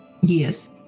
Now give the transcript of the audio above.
Yes